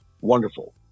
wonderful